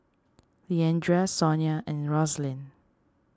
Leandra Sonya and Roslyn